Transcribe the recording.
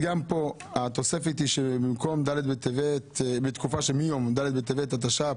גם פה התוספת היא שבמקום מתקופה שמיום ד' בטבת התשע"פ,